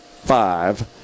five